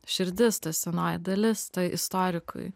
širdis ta senoji dalis tai istorikui